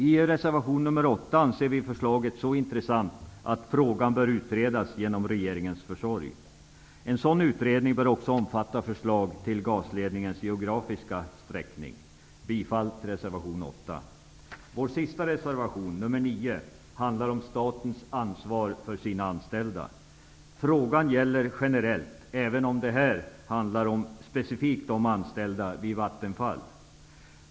I reservation 8 framför vi att förslaget är så intressant att frågan genom regeringens försorg bör utredas. En sådan utredning bör också omfatta förslag till gasledningens geografiska sträckning. Jag yrkar bifall till reservation 8. Vår sista reservation, nr 9, handlar om statens ansvar för sina anställda. Frågan är generell, även om den här specifikt handlar om anställda vid Vattenfall.